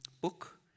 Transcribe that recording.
book